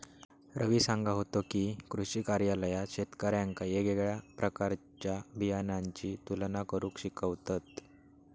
रवी सांगा होतो की, कृषी कार्यालयात शेतकऱ्यांका येगयेगळ्या प्रकारच्या बियाणांची तुलना करुक शिकवतत